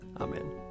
Amen